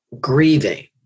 grieving